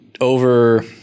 over